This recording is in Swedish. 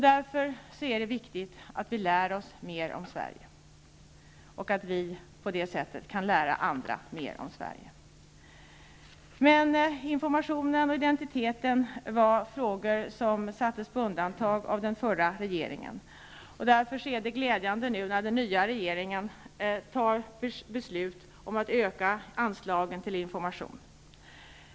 Därför är det viktigt att vi lär oss mer om Sverige och att vi på det sättet kan lära andra mer om Sverige. Informationen och identiteten var emellertid frågor som sattes på undantag av den förra regeringen. Därför är det glädjande att den nya regeringen fattar beslut om att öka anslagen till information.